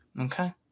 Okay